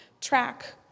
track